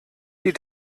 die